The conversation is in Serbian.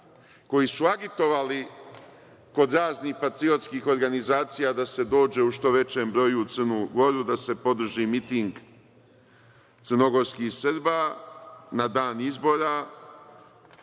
koji su agitovali kod raznih patriotskih organizacija da se dođe u što većem broju u Crnu Goru da se podrži miting crnogorskih Srba na dan izbora,